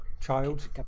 child